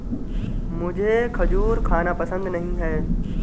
मुझें खजूर खाना पसंद नहीं है